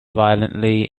violently